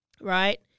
right